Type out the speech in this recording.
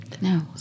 No